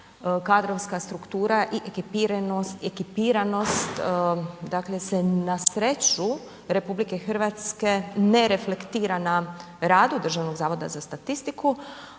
kadrovska struktura i ekipiranost dakle se na sreću RH ne reflektira na radu Državnog zavoda za statistiku